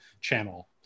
channel